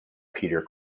peter